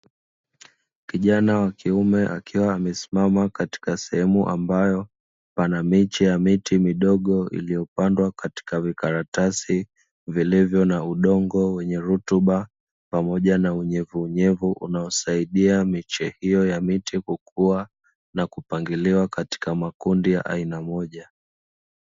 Kijana wa kiume akiwa amesimama katika sehemu ambayo pana miche ya miti midogo iliyopandwa katika vikaratasi vilivyo na udongo wenye rutuba pamoja na unyevunyevu unaosaidia miche hiyo ya miti kukua na kupangiliwa katika kundi la aina moja.